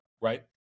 right